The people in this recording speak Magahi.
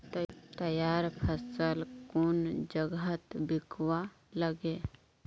तैयार फसल कुन जगहत बिकवा लगे?